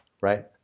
right